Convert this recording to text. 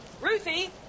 Ruthie